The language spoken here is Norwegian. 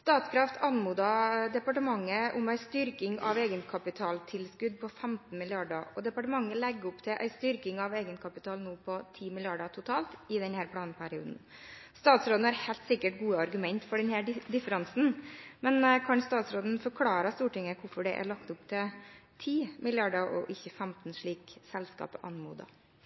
Statkraft anmodet departementet om en styrking av et egenkapitalinnskudd på 15 mrd. kr, og departementet legger opp til en styrking av egenkapitalen på 10 mrd. kr totalt i denne planperioden. Statsråden har helt sikkert gode argumenter for denne differansen, men kan statsråden forklare Stortinget hvorfor det er lagt opp til 10 mrd. kr og ikke 15 mrd. kr, slik